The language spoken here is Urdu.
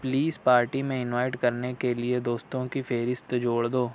پلیز پارٹی میں انوائٹ کرنے کے لیے دوستوں کی فہرست جوڑ دو